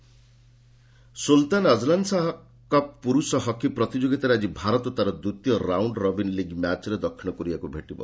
Azlan Shah hockey Sultan Azlan Shah cup ପୁରୁଷ hockey ପ୍ରତିଯୋଗିତାରେ ଆଜି ଭାରତ ତା'ର ଦ୍ୱିତୀୟ ରାଉଣ୍ଡ ରବିନ୍ ଲିଗ୍ ମ୍ୟାଚ୍ରେ ଦକ୍ଷିଣ କୋରିଆକୁ ଭେଟିବ